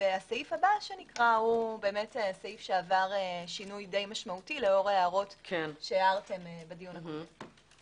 הסעיף הבא שנקרא עבר שינוי די משמעותי לאור ההערות שהערתם בדיון הקודם.